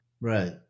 Right